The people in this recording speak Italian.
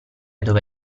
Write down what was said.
dove